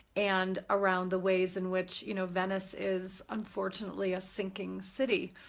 and around the ways in which, you know, venice is, unfortunately, a sinking city.